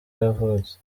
yavutse